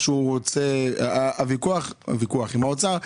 הוויכוח עם האוצר,